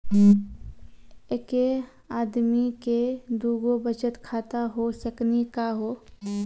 एके आदमी के दू गो बचत खाता हो सकनी का हो?